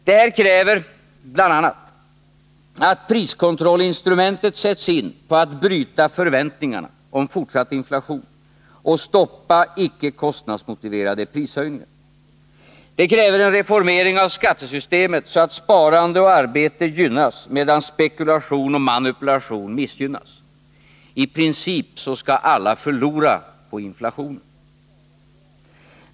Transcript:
Det här kräver att priskontrollinstrumentet sätts in på att bryta förväntningarna om fortsatt inflation och stoppa icke kostnadsmotiverade prishöjningar. Det kräver en reformering av skattesystemet, så att sparande och arbete gynnas medan spekulation och manipulation missgynnas. I princip skall alla förlora på inflationen.